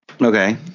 Okay